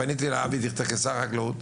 פניתי לאבי דיכטר כשר החקלאות,